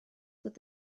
bod